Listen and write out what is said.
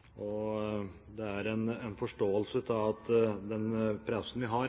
denne saken. Det er en forståelse av at den pressen vi har,